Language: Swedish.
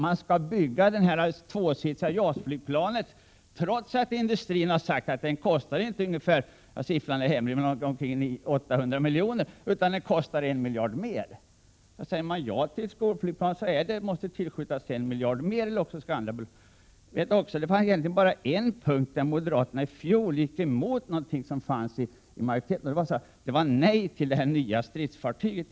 Man vill bygga det tvåsitsiga JAS-flygplanet, trots att industrin har sagt att det inte kostar ungefär 800 miljoner utan en miljard mer. Säger man ja till skolflygplanet, måste det tillskjutas en miljard mer eller också måste något annat utgå. Det var egentligen bara på en punkt som moderaterna i fjol gick emot något projekt i majoritetens förslag, och det var när de sade nej till det nya stridsfartyget.